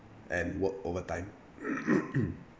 and work overtime